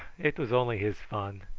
it was only his fun.